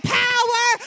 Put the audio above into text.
power